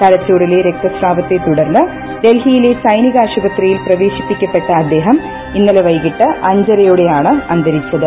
തലച്ചോറിലെ രക്ത സ്രാവത്തെ തുടർന്ന് ഡൽഹിയിലെ സൈനിക ആശുപത്രിയിൽ പ്രവേശിപ്പിക്കപ്പെട്ട അദ്ദേഹം ഇന്നലെ വൈകിട്ട് അഞ്ചരയോടെ യാണ് അന്തരിച്ചത്